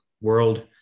world